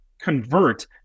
convert